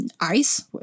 ice